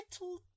Little